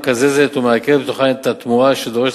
המקזזת ומעקרת מתוכן את התמורה שדורשת